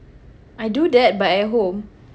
I do that but at home